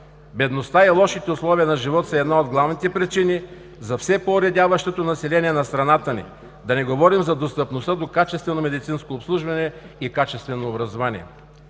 Бедността и лошите условия на живот са една от главните причини за все по-оредяващото население на страната ни, да не говорим за достъпността до качествено медицинско обслужване и качествено образование.